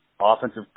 offensive